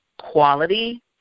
Quality